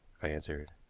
i answered.